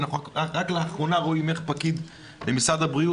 רק לאחרונה ראינו פקיד במשרד הבריאות,